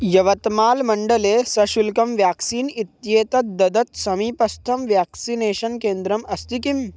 यवत्माल् मण्डले सशुल्कं व्याक्सीन् इत्येतत् ददत् समीपस्थं वेक्सिनेषन् केन्द्रम् अस्ति किम्